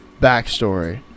backstory